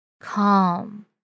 Calm